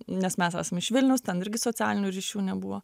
nes mes esam iš vilniaus ten irgi socialinių ryšių nebuvo